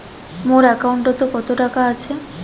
মোর একাউন্টত কত টাকা আছে?